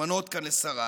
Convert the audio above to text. לשרה